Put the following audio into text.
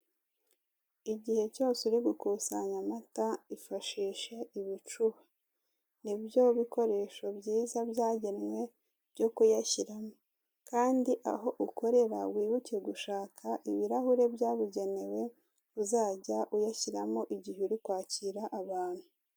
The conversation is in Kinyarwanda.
Igihe cyose uri gukusanya amata ifashishe ibicuba nibyo, bikoresho byiza byagenywe byo kuyashyiramamo, kandi aho ukorera wibuke gushaka ibirahure byabugenewe uzajya uyashyiramo igihe uri kwakira abantu.